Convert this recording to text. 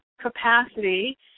capacity